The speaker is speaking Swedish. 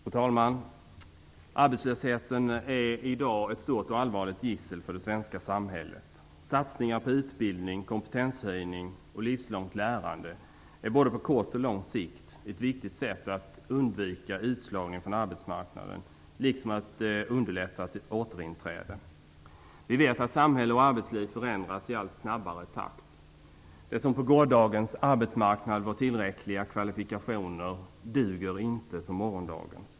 Fru talman! Arbetslösheten är i dag ett stort och allvarligt gissel för det svenska samhället. Satsningar på utbildning, kompetenshöjning och livslångt lärande är både på kort och på lång sikt ett viktigt sätt att undvika utslagning från arbetsmarknaden, liksom att underlätta ett återinträde. Vi vet att samhälle och arbetsliv förändras i allt snabbare takt. Det som på gårdagens arbetsmarknad var tillräckliga kvalifikationer duger inte på morgondagens.